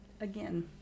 again